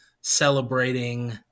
celebrating